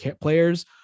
players